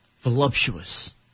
voluptuous